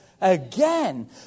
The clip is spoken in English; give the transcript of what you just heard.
Again